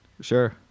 Sure